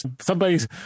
Somebody's